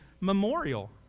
memorial